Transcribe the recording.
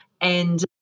And-